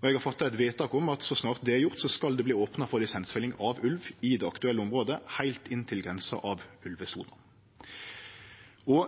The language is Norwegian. og eg har gjort eit vedtak om at så snart det er gjort, skal det verte opna for lisensfelling av ulv i det aktuelle området, heilt inn til grensa av ulvesona.